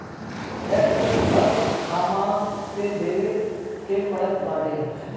tax हर सामान पे देवे के पड़त बाटे